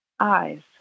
Eyes